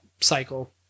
cycle